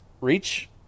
reach